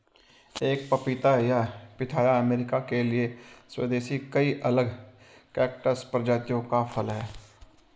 एक पपीता या पिथाया अमेरिका के लिए स्वदेशी कई अलग कैक्टस प्रजातियों का फल है